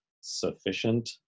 sufficient